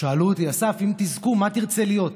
שאלו אותי: אסף, אם תזכו, מה תרצה להיות?